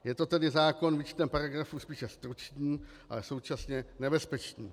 Je to tedy zákon výčtem paragrafů spíše stručný, ale současně nebezpečný.